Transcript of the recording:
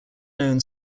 known